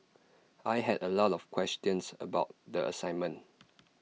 I had A lot of questions about the assignment